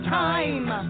time